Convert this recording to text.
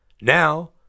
Now